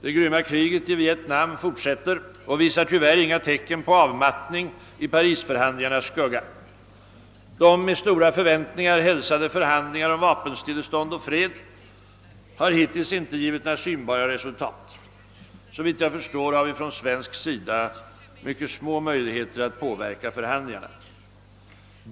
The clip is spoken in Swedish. Det grymma kriget i Vietnam fortsätter och vi ser tyvärr inga tecken på avmattning i Paris-förhandlingarnas skugga. De med stora förväntningar hälsade förhandlingarna om vapenstillestånd och fred har hittills icke givit några synbara resultat. Såvitt jag förstår har vi från svensk sida mycket små möjligheter att påverka förhandlingarna.